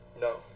No